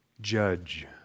Judge